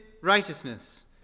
righteousness